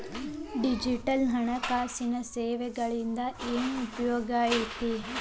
digital ಹಣಕಾಸಿನ ಸೇವೆಗಳಿಂದ ಏನ್ ಉಪಯೋಗೈತಿ